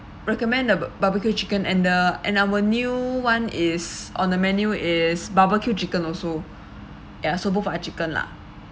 recommend the barbecue chicken and the and our new [one] is on the menu is barbecue chicken also ya so both are chicken lah